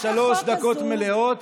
להשלים